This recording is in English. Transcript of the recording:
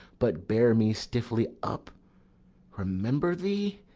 but bear me stiffly up remember thee!